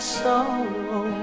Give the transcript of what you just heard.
sorrow